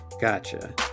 Gotcha